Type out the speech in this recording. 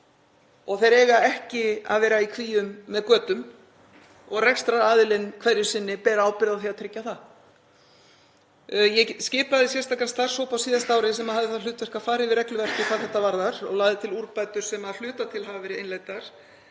og þeir eiga ekki að vera í kvíum með götum og rekstraraðilinn hverju sinni ber ábyrgð á því að tryggja það. Ég skipaði sérstakan starfshóp á síðasta ári sem hafði það hlutverk að fara yfir regluverkið hvað þetta varðar og hann lagði til úrbætur sem að hluta til hafa verið innleiddar,